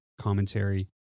commentary